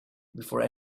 before